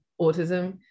autism